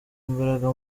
imbaraga